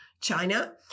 China